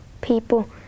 people